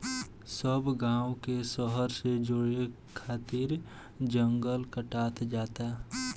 सब गांव के शहर से जोड़े खातिर जंगल कटात जाता